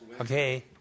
Okay